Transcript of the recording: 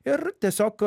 ir tiesiog